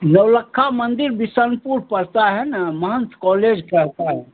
नौ लख्खा मंदिर बिसनपुर पड़ता है न महंत कॉलेज पड़ता है